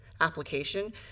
application